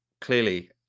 clearly